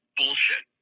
bullshit